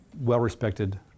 well-respected